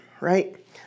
right